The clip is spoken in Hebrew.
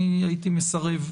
אני הייתי מסרב,